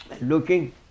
looking